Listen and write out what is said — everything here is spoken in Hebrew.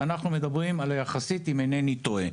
אנחנו מדברים על היחסית אם אינני טועה.